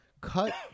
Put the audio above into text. Cut